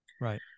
Right